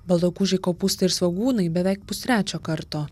baltagūžiai kopūstai ir svogūnai beveik pustrečio karto